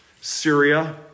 Syria